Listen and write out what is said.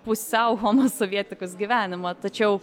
pusiau homo sovietikus gyvenimą tačiau